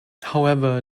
however